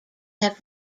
have